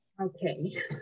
Okay